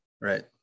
Right